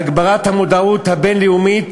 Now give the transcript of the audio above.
להגברת המודעות הבין-לאומית